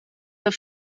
the